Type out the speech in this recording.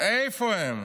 איפה הם?